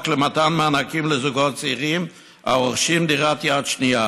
למתן מענקים לזוגות צעירים הרוכשים דירת יד שנייה.